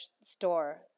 store